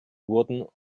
wurden